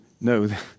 no